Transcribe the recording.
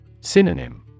Synonym